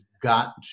got